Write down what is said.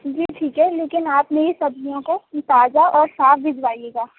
جی ٹھیک ہے لیکن آپ میری سبزیوں کو تازہ اور صاف بھجوائیے گا